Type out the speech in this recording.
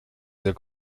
sehr